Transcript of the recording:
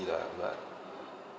lah but